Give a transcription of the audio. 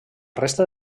resta